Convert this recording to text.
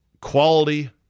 Quality